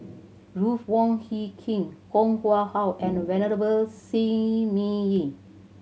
Ruth Wong Hie King Koh Nguang How and Venerable Shi Ming Yi